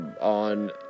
on